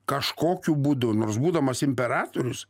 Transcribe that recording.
kažkokiu būdu nors būdamas imperatorius